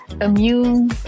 immune